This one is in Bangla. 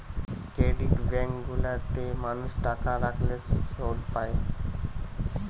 ক্রেডিট বেঙ্ক গুলা তে মানুষ টাকা রাখলে শুধ পায়